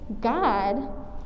God